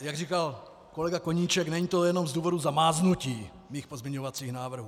Jak říkal kolega Koníček, není to jenom z důvodu zamáznutí mých pozměňovacích návrhů.